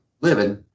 living